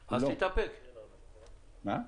דני,